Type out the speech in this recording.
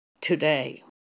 today